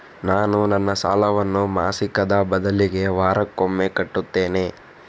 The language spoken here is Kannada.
ನಾನು ನನ್ನ ಸಾಲವನ್ನು ಮಾಸಿಕದ ಬದಲಿಗೆ ವಾರಕ್ಕೊಮ್ಮೆ ಕಟ್ಟುತ್ತೇನೆ